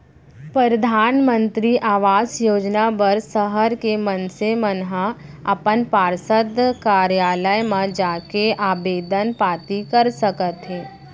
परधानमंतरी आवास योजना बर सहर के मनसे मन ह अपन पार्षद कारयालय म जाके आबेदन पाती कर सकत हे